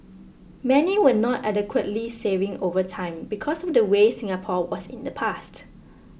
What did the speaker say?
many were not adequately saving over time because of the way Singapore was in the past